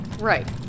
right